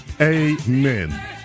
Amen